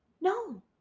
no